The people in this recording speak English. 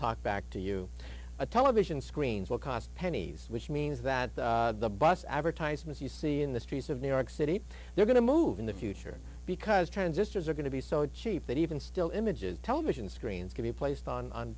talk back to you a television screens will cost pennies which means that the bus advertisements you see in the streets of new york city they're going to move in the future because transistors are going to be so cheap that even still images television screens can be placed on